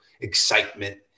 excitement